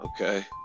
Okay